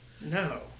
No